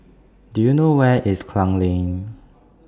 Do YOU know Where IS Klang Lane